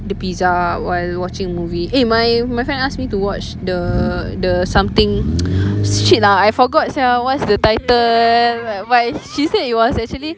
the pizza while watching movie eh my my friend ask me to watch the the something shit lah I forgot sia what is the title but but she said it was actually